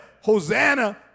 Hosanna